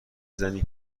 زنی